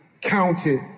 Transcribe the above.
counted